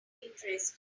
interesting